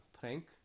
Prank